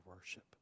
worship